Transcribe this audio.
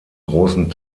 großen